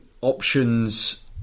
options